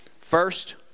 First